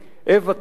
אווה טים,